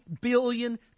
billion